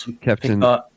Captain